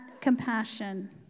compassion